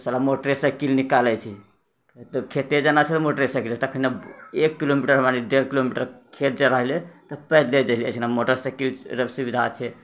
तऽ साला मोटरसाइकिल निकालै छै खेते जाना छै तऽ मोटरेसाइकिलसँ तखन आब एक किलोमीटर हमराएनी डेढ़ किलोमीटर खेत जे रहलै तऽ पैदले जाइ छलै मोटरसाइकिल र सुविधा छै